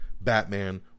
Batman